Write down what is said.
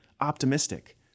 optimistic